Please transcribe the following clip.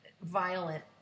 violent